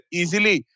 easily